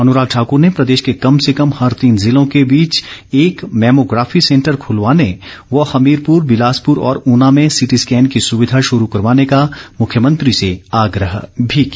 अनुराग ठाकर ने प्रदेश के कम से कम हर तीन जिलों के बीच एक मैमोग्राफी सेंटर खुलवाने व हमीरपुर बिलासपुर और ऊना में सीटी स्कैन की सुविधा शुरू करवाने का मुख्यमंत्री से आग्रह भी किया